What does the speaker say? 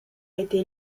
été